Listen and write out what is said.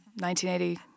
1980